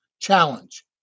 challenge